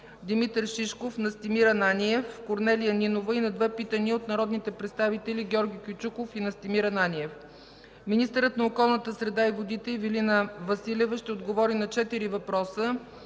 Димитър Шишков, Настимир Ананиев, Корнелия Нинова, и на две питания от народните представители Георги Кючуков, и Настимир Ананиев. Министърът на околната среда и водите Ивелина Василева ще отговори на четири въпроса